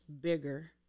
Bigger